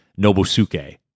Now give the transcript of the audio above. Nobusuke